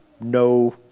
no